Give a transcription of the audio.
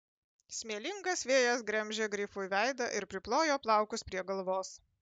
smėlingas vėjas gremžė grifui veidą ir priplojo plaukus prie galvos